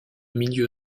milieu